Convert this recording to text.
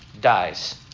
dies